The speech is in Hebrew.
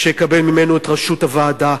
כשאקבל ממנו את ראשות הוועדה,